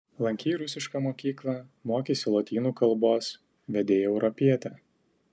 lankei rusišką mokyklą mokeisi lotynų kalbos vedei europietę